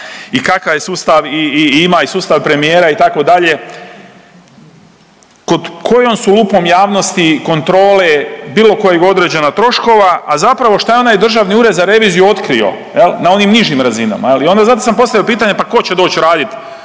i kakav je sustav i ima i sustav premijera itd. … kojom su lupom javnosti kontrole bilo kojeg određena troškova, a zapravo šta je onaj Državni ured za reviziju otkrio na onim nižim razinama. I onda zato sam postavio pitanje pa ko će doć radit